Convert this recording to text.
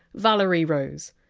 valerie rose,